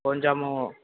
కొంచెము